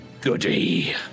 goody